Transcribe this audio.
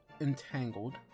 entangled